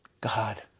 God